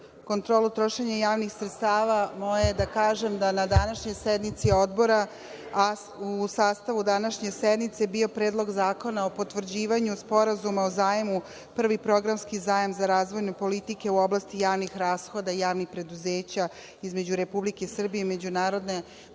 kontrolu trošenja javnih sredstava, moje je da kažem da je na današnjoj sednici Odbora, a u sastavu današnje sednice, bio Predlog zakona o potvrđivanju Sporazuma o zajmu – Prvi programski zajam za razvojne politike u oblasti javnih rashoda i javnih preduzeća između Republike Srbije i Međunarodne